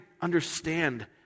understand